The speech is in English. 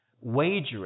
wagering